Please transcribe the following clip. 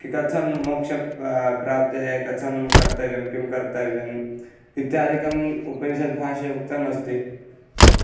कि कथं मोक्षे पा प्राप्ते कथं कर्तव्यं किं कर्तव्यम् इत्यादिकम् उपनिषद्भाष्ये उक्तमस्ति